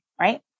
Right